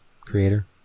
creator